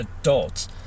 adults